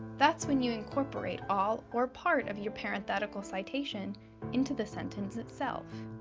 that's when you incorporate all or part of your parenthetical citation into the sentence itself.